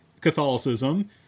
Catholicism